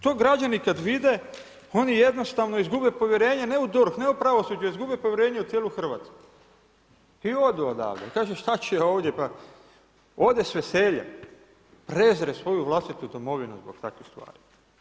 To građani kada vide, oni jednostavno izgube povjerenje ne u DORH, ne u pravosuđe, izgube povjerenje u cijelu Hrvatsku i odu odavdje i kažu šta ću ja ovdje, ode s veseljem, prezre svoju vlastitu domovinu zbog takvih stvari.